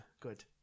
Good